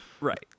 Right